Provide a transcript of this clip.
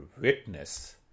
witness